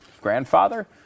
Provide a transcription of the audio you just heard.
grandfather